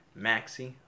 Maxi